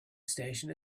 station